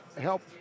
help